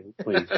please